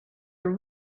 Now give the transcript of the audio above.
are